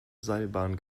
seilbahn